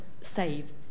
save